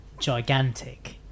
gigantic